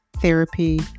therapy